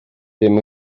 ddim